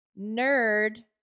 Nerd